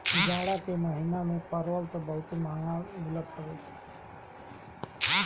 जाड़ा के महिना में परवल तअ बहुते महंग मिलत हवे